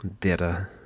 Data